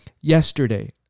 yesterday